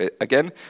again